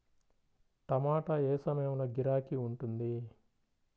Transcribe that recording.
టమాటా ఏ ఏ సమయంలో గిరాకీ ఉంటుంది?